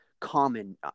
common